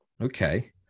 okay